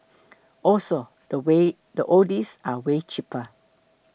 also the way the oldies are way cheaper